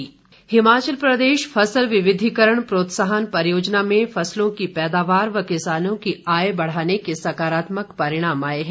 फसल हिमाचल प्रदेश फसल विविधिकरण प्रोत्साहन परियोजना में फसलों की पैदावार व किसानों की आय बढ़ाने के सकारात्मक परिणाम आए हैं